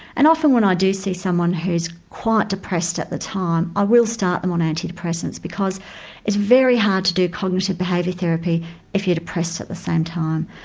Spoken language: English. and often when i do see someone who's quite depressed at the time i will start them on antidepressants because it's very hard to do cognitive behaviour therapy if you're depressed at the same time.